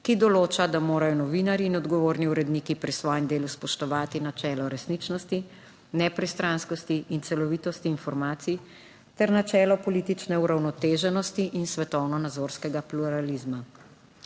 ki določa, da morajo novinarji in odgovorni uredniki pri svojem delu spoštovati načelo resničnosti, nepristranskosti in celovitosti informacij ter načelo politične uravnoteženosti in svetovnonazorskega pluralizma.